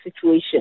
situation